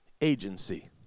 agency